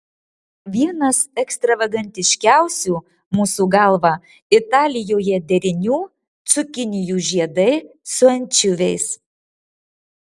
vienas ekstravagantiškiausių mūsų galva italijoje derinių cukinijų žiedai su ančiuviais